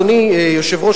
אדוני היושב-ראש,